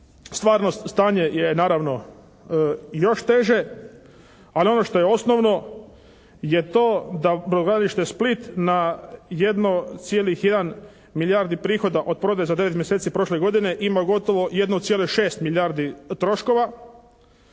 stvarno stanje je naravno još teže, ali ono što je osnovno je to da brodogradilište Split na 1,1 milijardi prihoda od prodaje za 9 mjeseci prošle godine ima gotovo 1,6 milijardi troškova,